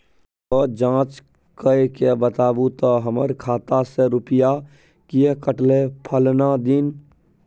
ज जॉंच कअ के बताबू त हमर खाता से रुपिया किये कटले फलना दिन?